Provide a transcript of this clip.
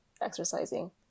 exercising